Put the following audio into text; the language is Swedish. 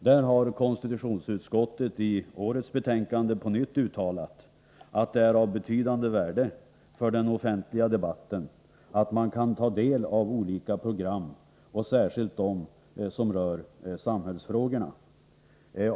Där har konstitutionsutskottet i årets betänkande på nytt uttalat att det är av betydande värde för den offentliga debatten att man kan ta del av olika program och särskilt av dem som rör samhällsfrågorna.